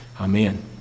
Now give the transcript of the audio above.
Amen